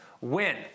win